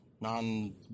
non